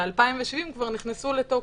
2,070 כבר נכנסו לתוקף.